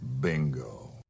bingo